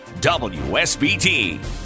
WSBT